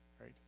right